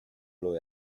lui